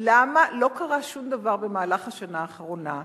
למה לא קרה שום דבר במהלך השנה האחרונה?